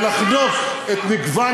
ולחנוק את מגוון